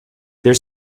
there